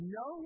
no